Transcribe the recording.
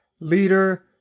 leader